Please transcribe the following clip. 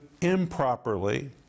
improperly